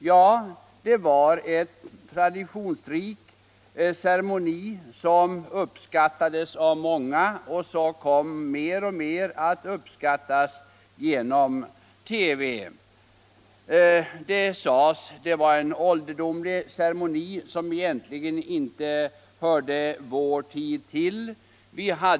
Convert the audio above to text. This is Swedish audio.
Ja, det var en traditionsrik cermoni som uppskattades av många och som kom att uppskattas mer och mer genom TV. Det sades att det var en ålderdomlig ceremoni, som egentligen inte hörde vår tid till.